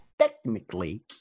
technically